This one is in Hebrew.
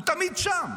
הוא תמיד שם.